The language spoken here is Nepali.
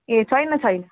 ए छैन छैन